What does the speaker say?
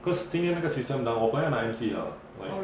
cause 今天那个 system down 我本来要拿 M_C 的 like